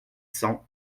cent